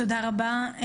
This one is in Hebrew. תודה רבה לך,